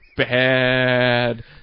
Bad